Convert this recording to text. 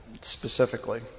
specifically